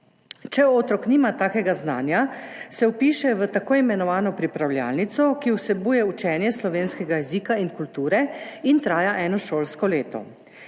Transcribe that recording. Če otrok nima takega znanja, se vpiše v tako imenovano pripravljalnico, ki vsebuje učenje slovenskega jezika in kulture in traja eno šolsko leto.